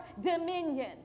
dominion